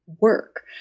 work